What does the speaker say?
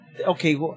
Okay